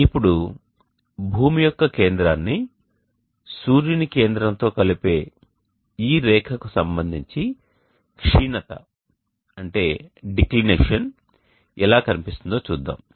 ఇప్పుడు భూమి యొక్క కేంద్రాన్ని సూర్యుని కేంద్రంతో కలిపే ఈ రేఖకు సంబంధించి క్షీణత ఎలా కనిపిస్తుందో చూద్దాం